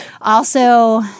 also-